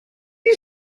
you